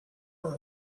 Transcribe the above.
are